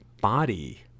body